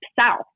South